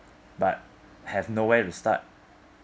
but have no where to start